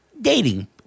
Dating